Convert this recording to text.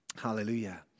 Hallelujah